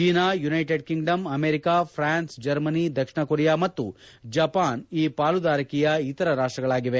China United Kingdom America ಪುನ್ಸ್ Germany ದಕ್ಷಿಣ Korea ಮತ್ತು ಜಪಾನ್ ಈ ಪಾಲುದಾರಿಕೆಯ ಇತರೆ ರಾಷ್ಟಗಳಾಗಿವೆ